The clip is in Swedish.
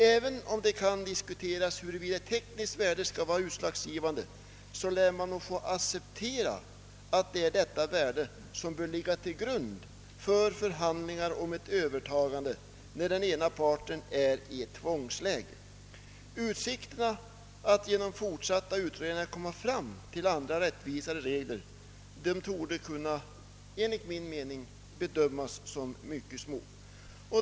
Även om det kan diskuteras huruvida tekniskt värde skall vara utslagsgivande, lär man nog få acceptera att det är detta värde som bör ligga till grund för förhandlingar om ett övertagande när den ena parten är i ett tvångsläge. Utsikterna att genom fortsatta utredningar komma fram till andra rättvisare regler torde enligt min mening kunna bedömas som mycket små.